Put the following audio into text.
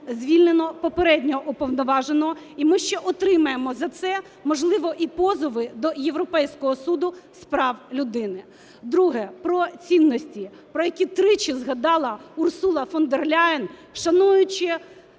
звільнено попереднього Уповноваженого, і ми ще отримаємо за це, можливо, і позови до Європейського суду з прав людини. Друге. Про цінності, про які тричі згадала Урсула фон дер Ляєн, шануючи